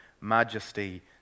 majesty